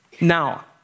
Now